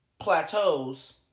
plateaus